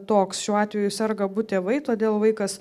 toks šiuo atveju serga abu tėvai todėl vaikas